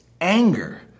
anger